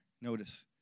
notice